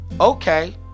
okay